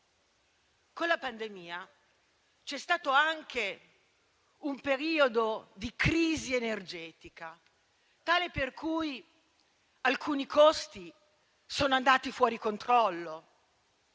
Con la pandemia, c'è stato anche un periodo di crisi energetica tale per cui alcuni costi sono andati fuori controllo